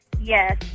Yes